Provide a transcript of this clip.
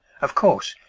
of course,